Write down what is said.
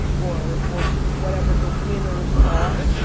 or or whatever the winners are.